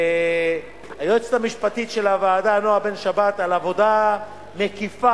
ליועצת המשפטית של הוועדה נועה בן-שבת על עבודה מקיפה,